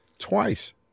twice